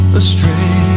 astray